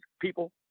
people